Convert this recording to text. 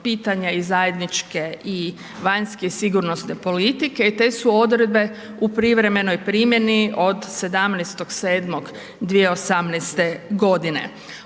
pitanja iz zajedničke i vanjske i sigurnosne politike i te su odredbe u privremenoj primjeni od 17. 7. 2018. godine.